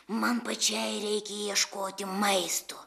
man pačiai reikia ieškoti maisto